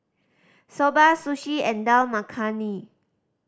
Soba Sushi and Dal Makhani